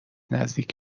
نزدیک